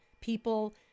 people